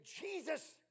Jesus